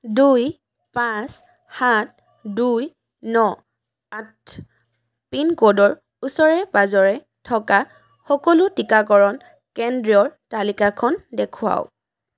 দুই পাঁচ সাত দুই ন আঠ পিনক'ডৰ ওচৰে পাঁজৰে থকা সকলো টীকাকৰণ কেন্দ্ৰৰ তালিকাখন দেখুৱাওক